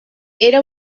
era